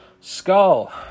Skull